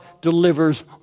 delivers